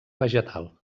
vegetal